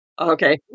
Okay